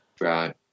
right